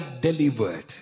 delivered